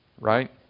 right